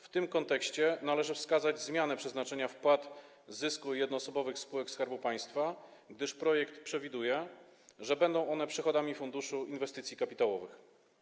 W tym kontekście należy wskazać zmianę przeznaczenia wpłat z zysku jednoosobowych spółek Skarbu Państwa, gdyż projekt przewiduje, że będą one przychodami Funduszu Inwestycji Kapitałowych.